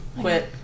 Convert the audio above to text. Quit